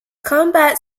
combat